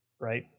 right